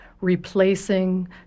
replacing